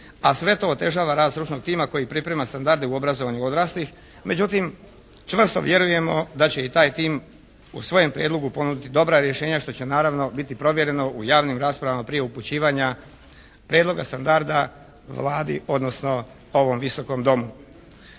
a sve to otežava rad stručnog tima koji priprema standarde u obrazovanju odraslih, međutim čvrsto vjerujemo da će i taj tim u svojem prijedlogu ponuditi dobra rješenja što će naravno biti provjereno u javnim raspravama prije upućivanja prijedloga standarda Vladi, odnosno ovom Visokom domu.